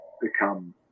become